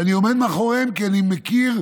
ואני עומד מאחוריהם, כי אני מכיר.